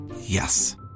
Yes